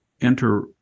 enter